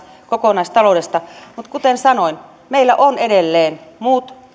kokonaistaloudesta mutta kuten sanoin meillä on edelleen muut